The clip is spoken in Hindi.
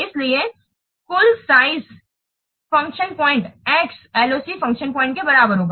इसलिए कुल size function point X function point के बराबर होगा